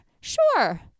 Sure